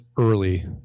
early